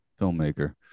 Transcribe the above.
filmmaker